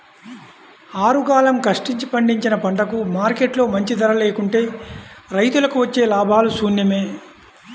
ఆరుగాలం కష్టించి పండించిన పంటకు మార్కెట్లో మంచి ధర లేకుంటే రైతులకు వచ్చే లాభాలు శూన్యమే